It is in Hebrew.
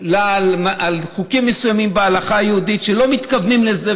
לה בחוקים מסוימים בהלכה היהודית שלא מתכוונים לזה,